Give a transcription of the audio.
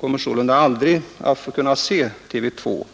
kommer sålunda aldrig att få se TV 2.